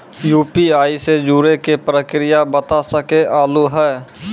UPI से जुड़े के प्रक्रिया बता सके आलू है?